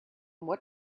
what